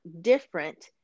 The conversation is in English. different